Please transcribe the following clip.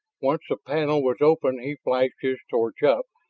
once the panel was open he flashed his torch up,